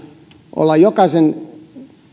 olla jokaisen